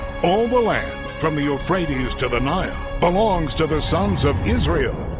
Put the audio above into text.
all the land from the euphrates to the nile belongs to the sons of israel.